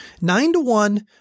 Nine-to-one